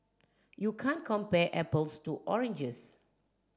you can't compare apples to oranges